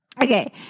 Okay